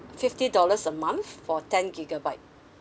fifty dollars a month for ten gigabyte